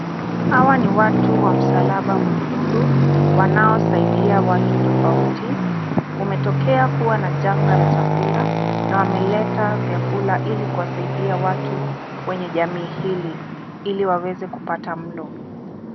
Hawa ni watu wa msalaba mwekundu wanaosaidia watu tofauti. Kumetokea kuwa na janga la chakula na wameleta vyakula ili kuwasaidia watu wenye jamii hili ili waweze kupata mlo.